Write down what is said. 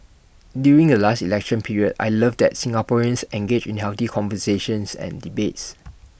during the last election period I love that Singaporeans engage in healthy conversations and debates